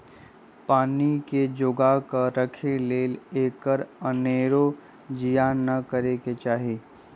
पानी के जोगा कऽ राखे लेल एकर अनेरो जियान न करे चाहि